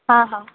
हां हां